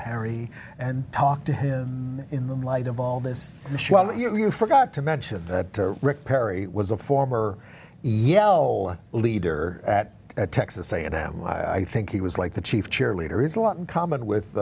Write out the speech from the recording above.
perry and talk to him in the light of all this but you forgot to mention that rick perry was a former e l leader at texas a and m i think he was like the chief cheerleader is a lot in common with